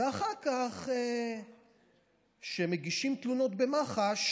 ואחר כך, כשמגישים תלונות במח"ש